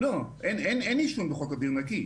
לא, אין עישון בחוק אוויר נקי.